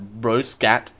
Broscat